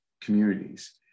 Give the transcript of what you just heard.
communities